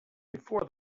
before